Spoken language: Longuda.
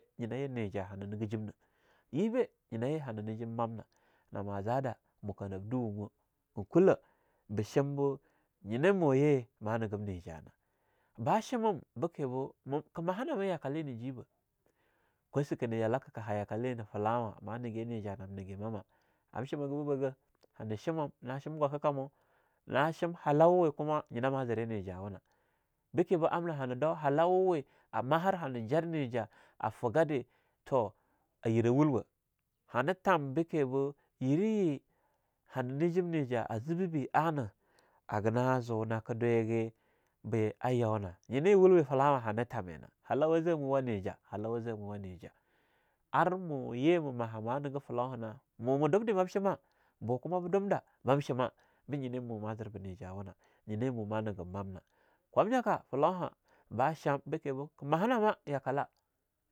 Nyinah ye ni ja'a hanah nigejimnah, yebah nyina ye hana negijim mamna, nama zadah muka nab duwamwa ein kulah, ba shim bo nyina muyi ma nigib ni ja'a na. Ba shimam bekambo ke mahanama yakali na jin jebah, kwaska na yalaka ka hayakale na fellawa, ma nigi nija'a nam nigi mama ham shimagah bibagah, hana shimam na shim gwaka kamo na shim hallawe kuma nyina ma ziri ni ja'wuna. Beke bo amna ha dau hallawe amahar hana jar ni ja'a a figadi toh ayira wulwah hana tam bekimbo yiraye hana nijim nija'a a zebe anah haganan zoo nake dwege be a yaunah. Nyina wulwe fellawa hana thaminah, hallawa zama wane ja'a hallawa zama wane ja'a. Ar mu ye ma maha ma nige fellauhana, mo ma dub dah mab shimah, boo kuma be dumda bam shima be nyina mo ma zirba ni ja wuna nyini mo ma nigib mamna kwamnyaka fellauha ba sham bekimbo ka mahanama yakale.